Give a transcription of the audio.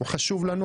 הוא חשוב לנו.